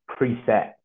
preset